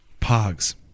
Pogs